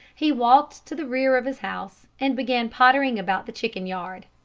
he walked to the rear of his house and began pottering about the chicken yard.